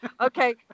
Okay